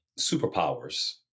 superpowers